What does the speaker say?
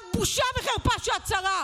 את, בושה וחרפה שאת שרה.